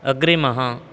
अग्रिमः